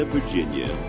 Virginia